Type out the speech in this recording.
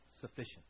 sufficient